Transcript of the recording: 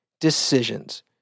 decisions